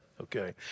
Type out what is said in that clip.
Okay